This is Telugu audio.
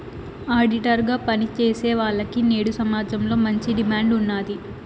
ఆడిటర్ గా పని చేసేవాల్లకి నేడు సమాజంలో మంచి డిమాండ్ ఉన్నాది